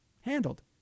handled